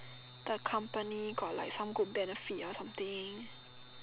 the company got like some good benefit or something